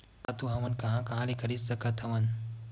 खातु हमन कहां कहा ले खरीद सकत हवन?